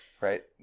right